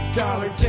dollar